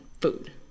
food